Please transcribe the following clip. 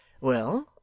Well